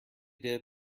did